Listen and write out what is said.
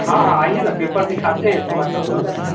हाँ हाँ आइए ना पेपर दिखाते हैं इसके बाद सब हो जाएगा